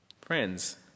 Friends